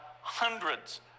hundreds